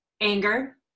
anger